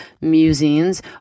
musings